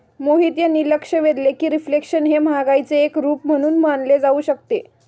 मोहित यांनी लक्ष वेधले की रिफ्लेशन हे महागाईचे एक रूप म्हणून मानले जाऊ शकते